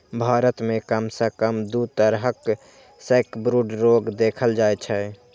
भारत मे कम सं कम दू तरहक सैकब्रूड रोग देखल जाइ छै